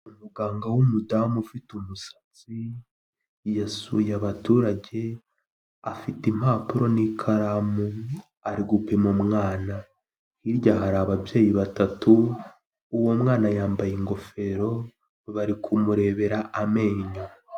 Umuganga w'umudamu ufite umusatsi yasuye abaturage, afite impapuro n'ikaramu ari gupima umwana, hirya hari ababyeyi batatu, uwo mwana yambaye ingofero bari kumurebera amenyo.